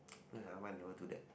ya why never do that